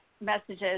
messages